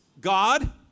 God